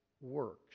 works